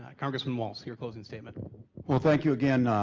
congressman walz. your closing statement. well well thank you again